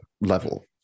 level